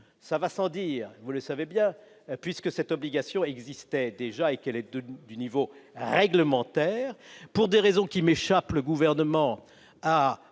Cela va sans dire, vous le savez bien, puisque cette obligation existe déjà et qu'elle est du niveau réglementaire. Pour des raisons qui m'échappent, le Gouvernement a